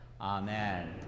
Amen